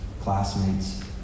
classmates